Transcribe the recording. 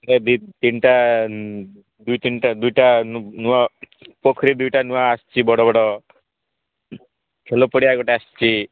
ଦୁଇ ତିନିଟା ଦୁଇ ତିନିଟା ଦୁଇଟା ନୂଆ ପୋଖରୀ ଦୁଇଟା ନୂଆ ଆସିଛି ବଡ଼ ବଡ଼ ଖେଳ ପଡ଼ିଆ ଗୋଟେ ଆସିଛି